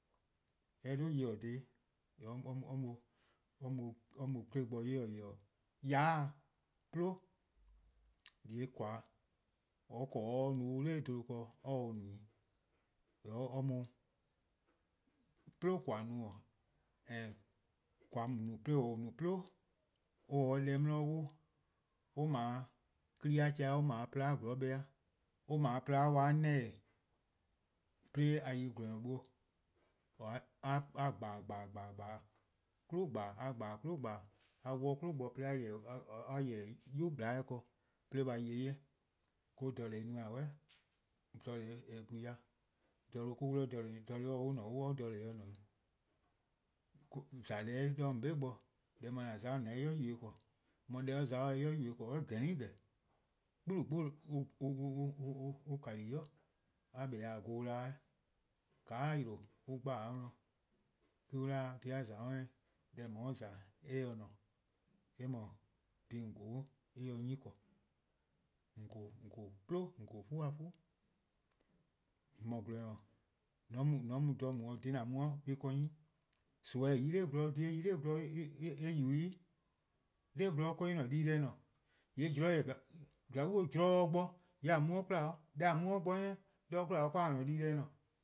:Mor eh 'dhu nyor-kpalu dhih :yee' or mu-or 'kle bo ye-dih :ye-dihihih yaa'e, 'plo, :yee' :koan or :korn or 'ye-a no dha 'bluhba keh or se o no i' :yee' or mu 'plo :koan no, and :koan' :on no 'de :or no 'plo, :or se-a deh 'di 'wluh, or 'ble 'kpa+-a chehn-a, or 'ble :porluh-a 'zorn kpa-eh:, or :porluh-a neneh,:yee' a yi :gwlor-duo' a :gban-dih-a :gban-dih-' :gban-dih-' a :gban-dih 'kwli gban-dihihih:, a 'wluh 'de 'kwli bo 'de a :yeh-dih 'yu :bleheh'eh ken :yee' a yi-eh 'ye, an jeh-a no na suh, :eh 'blu-a ya, jeh-a or-: 'wluh jeh-a', :mor jeh-a se :ne :dee jeh-a se-: ne 'i. :za deh-' 'de :on 'be bo, deh mor :an za-a :on se-eh 'i yubo-eh :korn, deh mor or za-a or se 'i yubo-eh :korn :gehn 'ni :gehn, 'kpu:lukpu' 'wluh 'blo, a kpa 'o vorn 'da weh, :ka a yi-a 'de on dhe-dih-a dih, 'de on 'de 'deh 'i dhih a :za :eh? Deh :on 'ye-a :za eh se :ne, eh :mor dhih :on :vorn-dih-a en se 'nyne :korn. :on vorn 'plo, :on vorn 'fu-a 'fu. :mor :gwlor-nyor :mor :an mu dha mu-' dhih :an mu-a 'nyi en :korn 'nyne. Nimi :eh 'ye-a 'nor gwlor 'dhih eh yi-a bo eh yubo-ih. 'Nor gwlor 'de en-' di-deh :ne. glaa'e zorn bo :yee' :a mu 'de 'kwla, deh :a mu bo eh 'nyne-eh, 'de 'kwla 'de :a-a'a: dii-deh :ne.